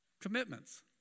Commitments